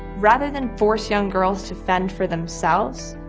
rather than force young girls to fend for themselves,